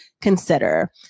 consider